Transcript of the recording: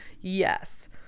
Yes